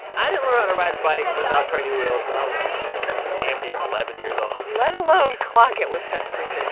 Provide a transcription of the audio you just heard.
i didn't learn how to ride a bike without training wheels till i was damn near eleven years old let alone clocking it with such